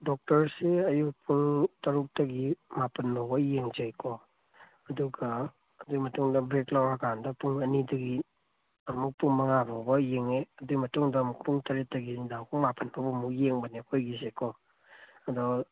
ꯗꯣꯛꯇꯔꯁꯦ ꯑꯌꯨꯛ ꯄꯨꯡ ꯇꯔꯨꯛꯇꯒꯤ ꯃꯄꯥꯜꯐꯥꯎꯕ ꯌꯦꯡꯖꯩꯀꯣ ꯑꯗꯨꯒ ꯑꯗꯨꯒꯤ ꯃꯇꯨꯡꯗ ꯕ꯭ꯔꯦꯛ ꯂꯧꯔ ꯀꯥꯟꯗ ꯄꯨꯡ ꯑꯅꯤꯗꯒꯤ ꯑꯃꯨꯛ ꯄꯨꯡ ꯃꯉꯥ ꯐꯥꯎꯕ ꯌꯦꯡꯉꯦ ꯑꯗꯨꯒꯤ ꯃꯇꯨꯡꯗ ꯑꯃꯨꯛ ꯄꯨꯡ ꯇꯔꯦꯠꯇꯒꯤ ꯅꯨꯃꯤꯗꯥꯡ ꯄꯨꯡ ꯃꯄꯥꯜꯐꯥꯎꯕ ꯑꯃꯨꯛ ꯌꯦꯡꯕꯅꯦ ꯑꯩꯈꯣꯏꯒꯤꯁꯦꯀꯣ ꯑꯗꯣ